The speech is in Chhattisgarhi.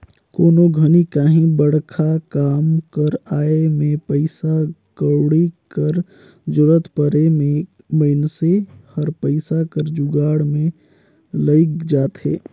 कोनो घनी काहीं बड़खा काम कर आए में पइसा कउड़ी कर जरूरत परे में मइनसे हर पइसा कर जुगाड़ में लइग जाथे